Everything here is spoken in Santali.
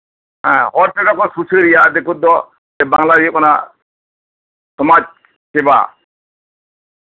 ᱦᱚᱲ ᱛᱮᱫᱚ ᱥᱩᱨᱤᱭᱟ ᱵᱟᱝᱞᱟ ᱛᱮᱫᱚ ᱦᱩᱭᱩᱜ ᱠᱟᱱᱟ ᱥᱚᱢᱟᱡ ᱥᱮᱵᱟ